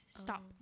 stop